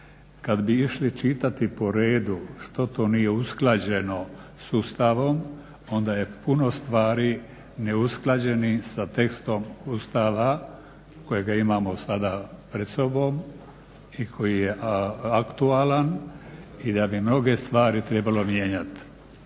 Kada bi išli čitati po redu što to nije usklađeno s ustavom onda je puno stvari neusklađenih sa tekstom Ustava kojega imamo sada pred sobom i koji je aktualan i da bi mnoge stvari trebali mijenjati.